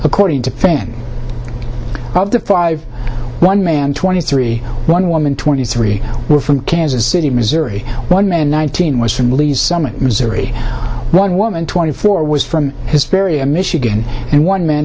according to family of the five one man twenty three one woman twenty three were from kansas city missouri one man nineteen was from lee's summit missouri one woman twenty four was from hysteria michigan and one man